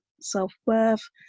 self-worth